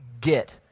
get